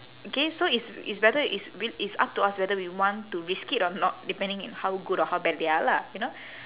okay so it's it's whether it's w~ it's up to us whether we want to risk it or not depending on how good or how bad they are lah you know